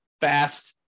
fast